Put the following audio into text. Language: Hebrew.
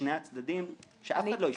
לשני הצדדים שאף אחד לא ישכח.